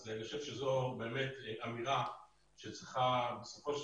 אז אני חושב שזו אמירה שצריכה בסופו של